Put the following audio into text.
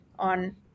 on